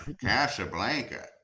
casablanca